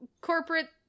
Corporate